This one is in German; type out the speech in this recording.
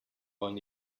wollen